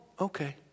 Okay